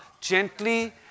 Gently